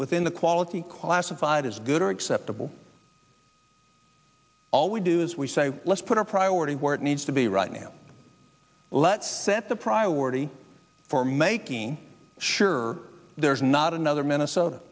within the quality classified as good or acceptable all we do is we say let's put our priority where it needs to be right now let's set the priority for making sure there's not another minnesota